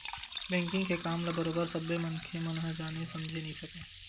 banking के काम ल बरोबर सब्बे मनखे मन ह जाने समझे नइ सकय